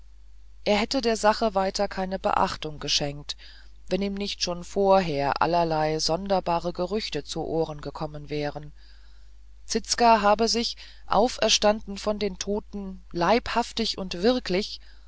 er hätte der sache weiter keine beachtung geschenkt wenn ihm nicht schon vorher allerlei sonderbare gerüchte zu ohren gekommen wären zizka habe sich auferstanden von den toten leibhaftig und wirklich